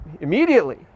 immediately